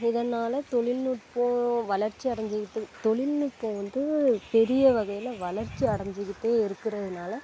இதனால் தொழில்நுட்பம் வளர்ச்சி அடைஞ்சிருக்குது தொழில்நுட்பம் வந்து பெரிய வகையில் வளர்ச்சி அடைஞ்சுக்கிட்டே இருக்கிறதுனால